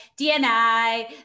DNI